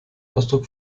ausdruck